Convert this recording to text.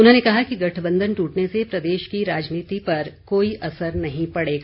उन्होंने कहा कि गठबंधन टूटने का प्रदेश की राजनीति पर कोई असर नहीं पड़ेगा